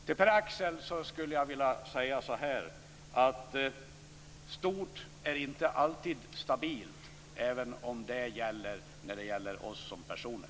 Till Pär-Axel skulle jag vilja säga: Stort är inte alltid stabilt, även om det gäller för oss som personer.